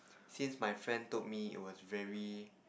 since my friend told me it was very